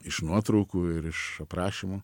iš nuotraukų ir iš aprašymų